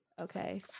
okay